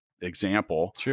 example